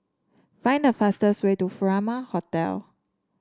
find the fastest way to Furama Hotel